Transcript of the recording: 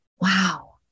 wow